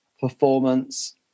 performance